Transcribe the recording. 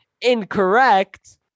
incorrect